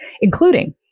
including